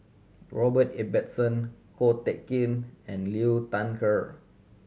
Robert Ibbetson Ko Teck Kin and Liu Thai Ker